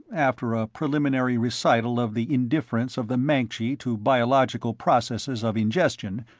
after a preliminary recital of the indifference of the mancji to biological processes of ingestion,